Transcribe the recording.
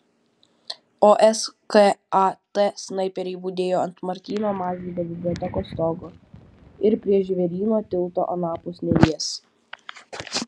o skat snaiperiai budėjo ant martyno mažvydo bibliotekos stogo ir prie žvėryno tilto anapus neries